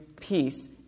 peace